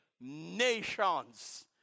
nations